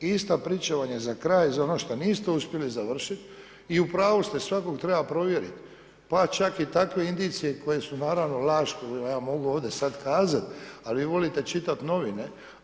Ista priča vam je za kraj za ono što niste uspjeli završit i u pravu ste svakog treba provjeriti pa čak i takve indicije koje su naravno laž … ovdje sada kazat, ali vi vole čitati novine.